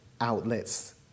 outlets